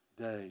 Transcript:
day